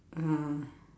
uh